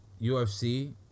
UFC